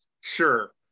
sure